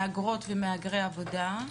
מהגרות ומהגרי עבודה.